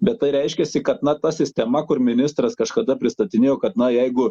bet tai reiškiasi kad na ta sistema kur ministras kažkada pristatinėjo kad na jeigu